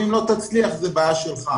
ואם לא תצליח זאת בעיה שלך.